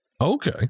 Okay